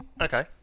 Okay